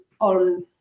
on